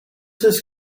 this